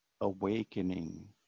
awakening